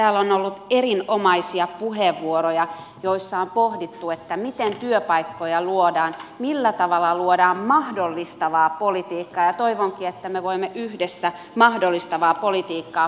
täällä on ollut erinomaisia puheenvuoroja joissa on pohdittu miten työpaikkoja luodaan millä tavalla luodaan mahdollistavaa politiikkaa ja toivonkin että me voimme yhdessä mahdollistavaa politiikkaa pohtia